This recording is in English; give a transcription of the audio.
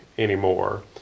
anymore